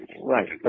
Right